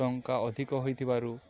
ଟଙ୍କା ଅଧିକ ହୋଇଥିବାରୁ